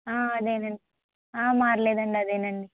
అదేనండి మార్లేదండి అదేనండి